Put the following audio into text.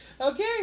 Okay